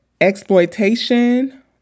exploitation